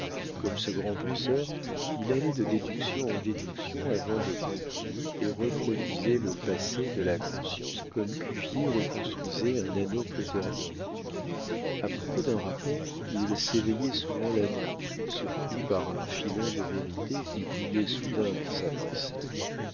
comme ce grand penseur il allait de déductions en déductions avant de conclure et reproduisait le passé de la conscience comme cuvier reconstruisait un anoplotherium a propos d'un rapport il s'éveillait souvent la nuit surpris par un filon de vérité qui brillait soudain dans sa pensée